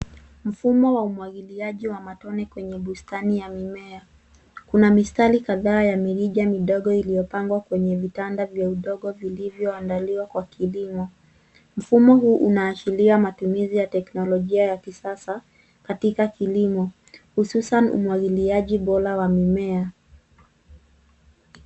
Mfumo wa umwagiliaji wa matone kwenye bustani ya mimea. Kuna mistari kadhaa ya mirija midogo iliyopangwa kwenye vitanda vya udongo vilivyo andaliwa kwa kilimo. Mfumo huu unaashiria matumizi ya teknolojia ya kisasa katika kilimo hususan umwagiliaji bora wa mimea.